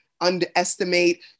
underestimate